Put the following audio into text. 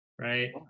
right